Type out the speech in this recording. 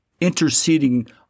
interceding